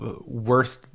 worth